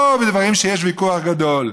לא בדברים שיש בהם ויכוח גדול,